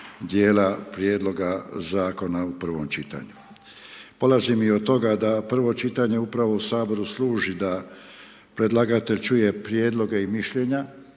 djela prijedloga u prvom čitanju. Polazim i od toga da prvo čitanje upravo u Saboru služi da predlagatelj čuje prijedloge i mišljenja